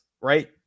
right